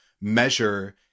measure